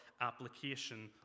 application